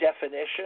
definition